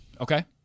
Okay